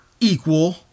equal